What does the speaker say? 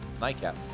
Nightcap